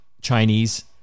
Chinese